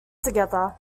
together